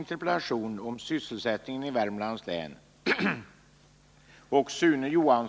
— län